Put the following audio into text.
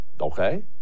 Okay